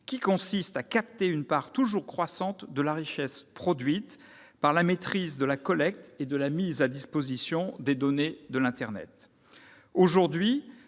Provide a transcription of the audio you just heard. qui consiste à capter une part toujours croissante de la richesse produite par la maîtrise de la collecte et de la mise à disposition des données de l'internet.